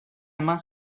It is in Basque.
eman